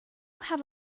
have